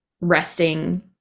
resting